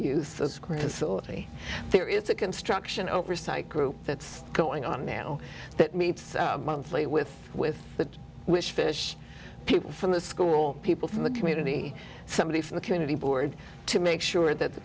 sortie there is a construction oversight group that's going on now that meets monthly with with the wish fish people from the school people from the community somebody from the community board to make sure that the